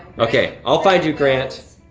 okay, i'll find you, grant,